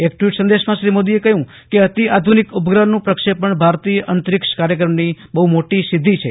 એક ટ્વીટ સંદેશાંમાં શ્રી મોદીએ કહ્યું કે અતિ આધુનિક ઉપગ્રહનું પ્રક્ષેપણ ભારતીય અંતરીક્ષ કાર્યક્રમની બહુ મોટી સિદ્ધિ છે